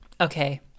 Okay